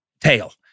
tail